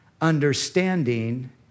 understanding